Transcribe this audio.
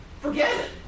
forget